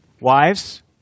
Wives